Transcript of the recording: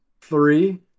three